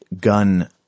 gun